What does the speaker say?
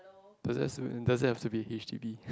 does it look does it have to be h_d_b